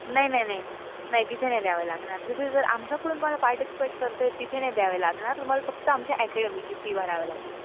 नाही नाही नाही नाही नाही तिथे ना नाही द्यावं लागणार तिथे जर आमच्याकडून तुमाला पार्टिसिपेट करतो तिथे नाही द्यावे लागणार तुम्हाला फक्त आमच्या अकॅडमीची फी भरावं लागेल